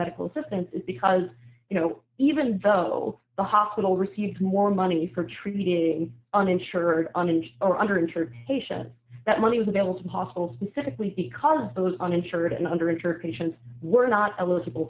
medical assistance because you know even though the hospital refused more money for treating uninsured uninsured or underinsured haitian that money was available to hospitals specifically because those uninsured and under insured patients were not eligible